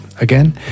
Again